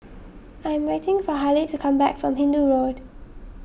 I am waiting for Hailie to come back from Hindoo Road